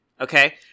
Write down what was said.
Okay